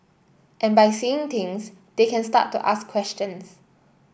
and by seeing things they can start to ask questions